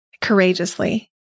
courageously